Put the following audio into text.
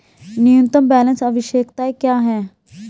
न्यूनतम बैलेंस आवश्यकताएं क्या हैं?